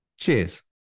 cheers